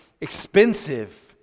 expensive